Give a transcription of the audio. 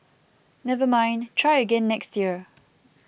never mind try again next year